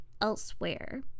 elsewhere